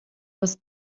was